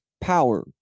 power